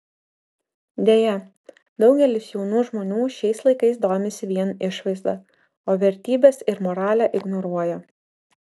deja daugelis jaunų žmonių šiais laikais domisi vien išvaizda o vertybes ir moralę ignoruoja